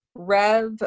Rev